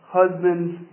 husbands